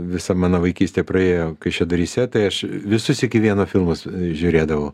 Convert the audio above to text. visa mano vaikystė praėjo kaišiadoryse tai aš visus iki vieno filmus žiūrėdavau